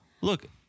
look